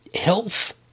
health